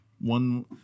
one